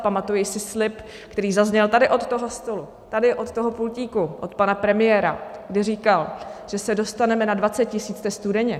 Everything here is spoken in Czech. Pamatuji si slib, který zazněl tady od toho stolu, tady od toho pultíku od pana premiéra, kdy říkal, že se dostaneme na 20 tisíc testů denně.